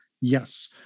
Yes